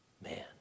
man